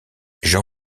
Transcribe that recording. jean